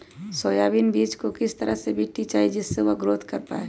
Soybean बीज को किस तरह का मिट्टी चाहिए जिससे वह ग्रोथ कर पाए?